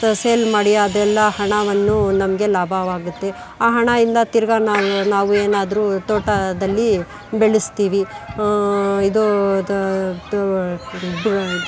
sale ಮಾಡಿ ಅದೆಲ್ಲ ಹಣವನ್ನು ನಮಗೆ ಲಾಭವಾಗುತ್ತೆ ಆ ಹಣದಿಂದ ತಿರ್ಗ ನಾವು ನಾವು ಏನಾದ್ರೂ ತೋಟದಲ್ಲಿ ಬೆಳೆಸ್ತೀವಿ ಇದು ಇದು